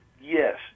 yes